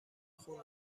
خون